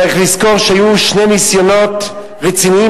צריך לזכור שהיו שני ניסיונות רציניים